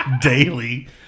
daily